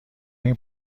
این